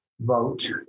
vote